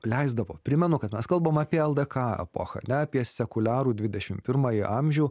leisdavo primenu kad mes kalbam apie ldk epochą ne apie sekuliarų dvidešimt pirmąjį amžių